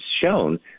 shown